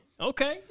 Okay